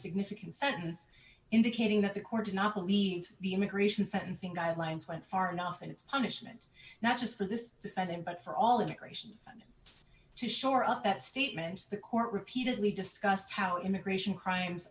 significant sentence indicating that the court did not believe the immigration sentencing guidelines went far enough in its punishment not just for this defendant but for all immigration and to shore up that statement to the court repeatedly discussed how immigration crimes